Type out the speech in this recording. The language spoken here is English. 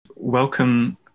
Welcome